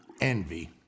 Envy